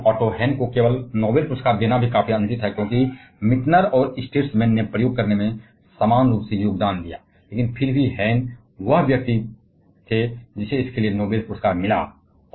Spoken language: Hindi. और यह कि केवल ओटो हैन को नोबल पुरस्कार देना भी काफी अनुचित है क्योंकि मीटनर और स्ट्रैसमैन ने प्रयोग करने में समान रूप से योगदान दिया लेकिन फिर भी हैन वह व्यक्ति था जिसे इसके लिए नोबल पुरस्कार मिला